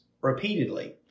repeatedly